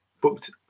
booked